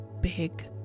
big